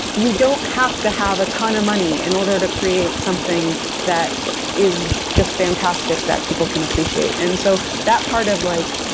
you don't have to have a ton of money in order to create something that is just fantastic that people can appreciate. and so that part of like,